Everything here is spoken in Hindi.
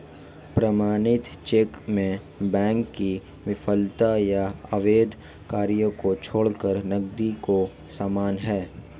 प्रमाणित चेक में बैंक की विफलता या अवैध कार्य को छोड़कर नकदी के समान है